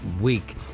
week